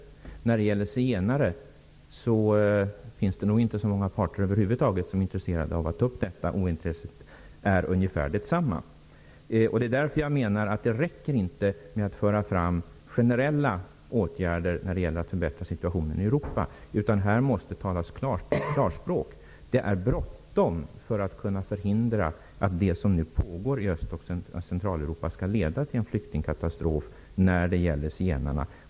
Men när det gäller zigenarna finns det nog inte så många parter över huvud taget som är intresserade av att ta upp deras problem. Ointresset är ungefär detsamma på alla håll. Jag anser därför att det inte räcker med att föreslå generella åtgärder när det gäller att förbättra situationen i Europa. Här måste talas klarspråk. Det är bråttom, om man skall kunna förhindra att det som nu pågår i Öst och Centraleuropa leder till en flyktingkatastrof för zigenarna.